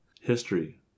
history